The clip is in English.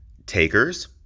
takers